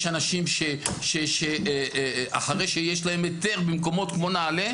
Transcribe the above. יש אנשים שאחרי שיש להם היתר במקומות כמו נעלה,